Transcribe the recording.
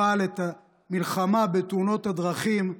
אבל המלחמה בתאונות הדרכים,